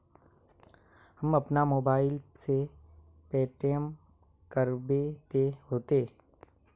हम अपना मोबाईल से पेमेंट करबे ते होते?